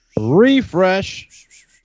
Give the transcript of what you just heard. Refresh